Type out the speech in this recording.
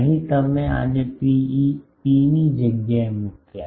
અહીં તમે આને ρe ρ ની જગ્યાએ મૂક્યા